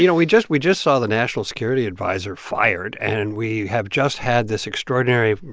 you know we just, we just saw the national security adviser fired, and we have just had this extraordinary,